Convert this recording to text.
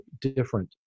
different